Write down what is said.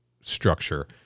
structure